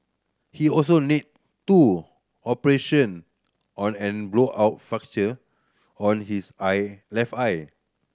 he also needed two operation on an blowout fracture on his eye left eye